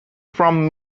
from